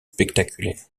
spectaculaire